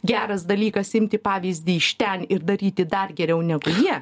geras dalykas imti pavyzdį iš ten ir daryti dar geriau negu jie